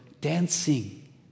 dancing